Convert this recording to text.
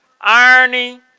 irony